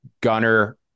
Gunner